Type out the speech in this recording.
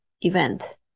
event